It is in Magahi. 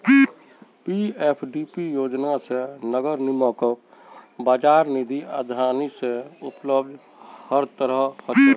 पीएफडीपी योजना स नगर निगमक बाजार निधि आसानी स उपलब्ध ह त रह छेक